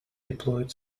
deployed